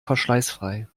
verschleißfrei